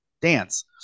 dance